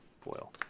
Foil